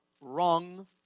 wrong